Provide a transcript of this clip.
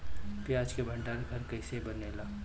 प्याज के भंडार घर कईसे बनेला?